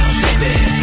baby